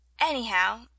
Anyhow